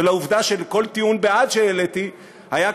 ולעובדה שלכל טיעון בעד שהעליתי היה,